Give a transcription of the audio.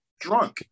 drunk